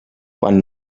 quan